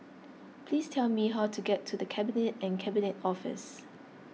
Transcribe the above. please tell me how to get to the Cabinet and Cabinet Office